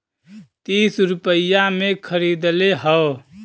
तीस रुपइया मे खरीदले हौ